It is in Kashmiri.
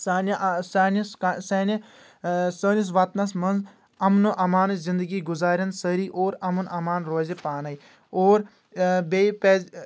سانہِ آ سانِس سانہِ سٲنِس وطنس منٛز امن و امانٕچ زندگی گُزارٮ۪ن سٲری اور امُن امان روزِ پانے اور بیٚیہِ پزِ